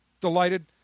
Delighted